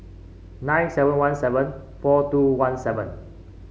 nine seven one seven four two one seven